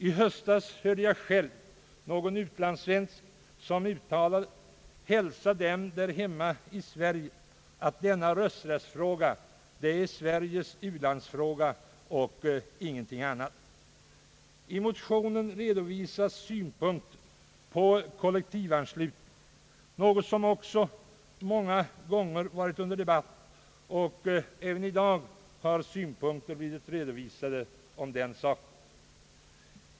I höstas hörde jag själv en utlandssvensk uttala: »Hälsa dem där hemma i Sverige, att denna rösträttsfråga är Sveriges u-landsfråga och ingenting annat!» I motionen redovisas synpunkter på kollektivanslutningen till politiska partier, något som också många gånger varit under debatt. även i dag har synpunkter redovisats om den saken.